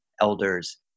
elders